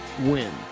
win